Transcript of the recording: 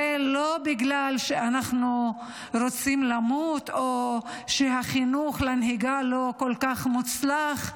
זה לא בגלל שאנחנו רוצים למות או שהחינוך לנהיגה לא כל כך מוצלח,